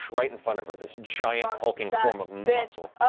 right in front of her, this giant, hulking form of muscle.